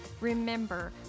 Remember